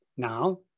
Now